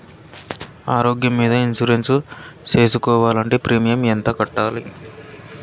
ఆరోగ్యం మీద ఇన్సూరెన్సు సేసుకోవాలంటే ప్రీమియం ఎంత కట్టాలి?